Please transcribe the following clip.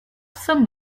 some